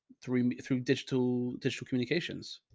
through, through digital digital communications.